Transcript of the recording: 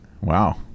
Wow